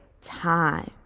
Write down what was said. time